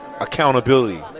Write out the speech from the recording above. accountability